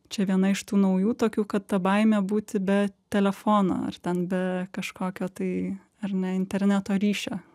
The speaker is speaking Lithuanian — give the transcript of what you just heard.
čia viena iš tų naujų tokių kad ta baimė būti be telefono ar ten be kažkokio tai ar ne interneto ryšio